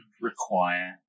require